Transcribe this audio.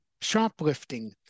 shoplifting